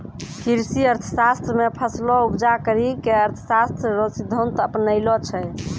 कृषि अर्थशास्त्र मे फसलो उपजा करी के अर्थशास्त्र रो सिद्धान्त अपनैलो छै